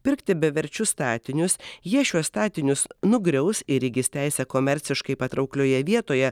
pirkti beverčius statinius jie šiuos statinius nugriaus ir įgis teisę komerciškai patrauklioje vietoje